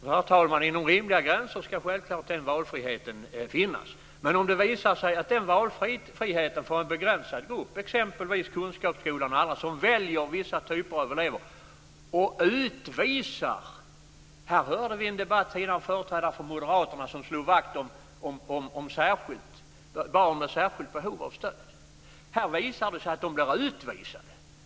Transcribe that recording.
Herr talman! Inom rimliga gränser ska självfallet den valfriheten finnas. Men ibland visar det sig att den valfriheten gäller för en begränsad grupp. Kunskapsskolan och andra väljer vissa typer av elever och utvisar andra. Här hörde vi i en debatt tidigare en företrädare för Moderaterna som slog vakt om barn med särskilda behov av stöd. Men här visar det sig att de blir utvisade!